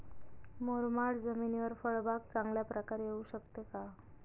मुरमाड जमिनीवर फळबाग चांगल्या प्रकारे येऊ शकते का?